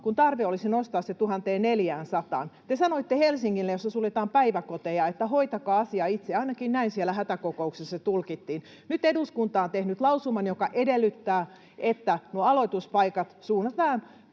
kun tarve olisi nostaa se 1 400:aan. Te sanoitte Helsingille, jossa suljetaan päiväkoteja, että hoitakaa asia itse — ainakin näin siellä hätäkokouksessa tulkittiin. Nyt eduskunta on tehnyt lausuman, joka edellyttää, että nuo aloituspaikat suunnataan